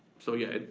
so yeah,